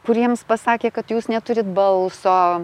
kuriems pasakė kad jūs neturit balso